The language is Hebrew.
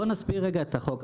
בוא נסביר רגע את החוק.